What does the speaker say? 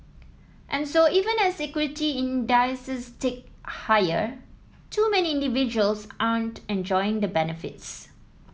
and so even as equity indices tick higher too many individuals aren't enjoying the benefits